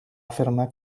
afirmar